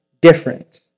different